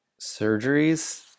surgeries